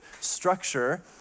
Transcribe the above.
structure